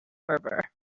fervor